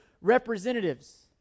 representatives